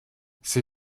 c’est